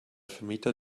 vermieter